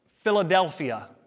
Philadelphia